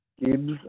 Gibbs